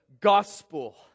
gospel